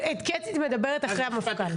קטי מדברת אחרי המפכ"ל.